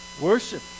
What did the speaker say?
worship